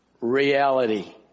reality